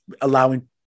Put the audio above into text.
allowing